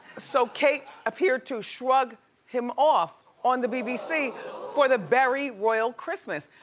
so kate appeared to shrug him off on the bbc for the berry royal christmas.